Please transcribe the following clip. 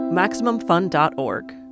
MaximumFun.org